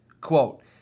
Quote